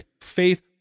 faith